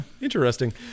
Interesting